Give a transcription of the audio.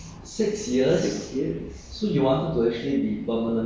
uh I was a monk for six years six years